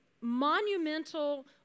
monumental